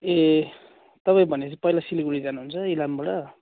ए तपाईँ भनेपछि पहिला सिलगढी जानुहुन्छ इलामबाट